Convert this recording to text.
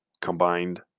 Combined